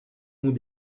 ont